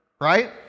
right